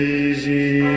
easy